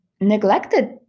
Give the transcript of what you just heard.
neglected